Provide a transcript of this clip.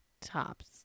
Tops